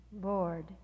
Lord